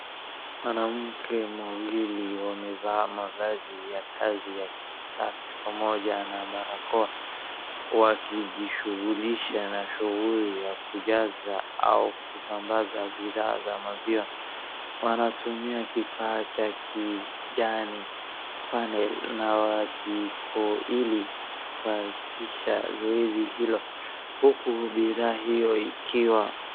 Mwanamke wawili wamevaa mavazi ya kazi ya kisafi pamoja na barakoa, wakijishughulisha na shughuli ya kujaza au kusambaza bidhaa za maziwa, wanatumia kifaa cha kijani funnel na jiko ili kuharakisha zoezi hilo, huku bidhaa hiyo ikiwa...